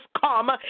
come